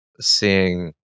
seeing